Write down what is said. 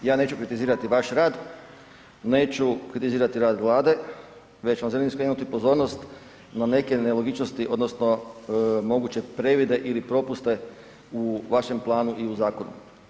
Ja neću kritizirati vaš rad, neću kritizirati rad vlade, već vam želim skrenuti pozornost na neke nelogičnosti odnosno moguće previde ili propuste u vašem planu i u zakonu.